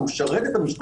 הוא משרת את המשטרה.